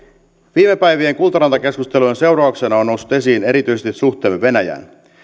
viime päivien kultaranta keskustelujen seurauksena on noussut esiin erityisesti suhteemme venäjään